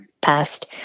passed